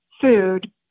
food